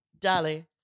Dolly